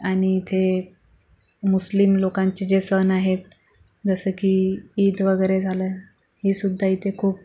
आणि इथे मुस्लिम लोकांचे जे सण आहेत जसं की ईद वगैरे झालं हे सुद्धा इथे खूप